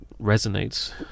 resonates